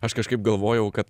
aš kažkaip galvojau kad